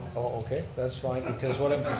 okay, that's fine, because what i'm